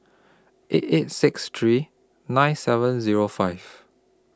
eight eight six three nine seven Zero five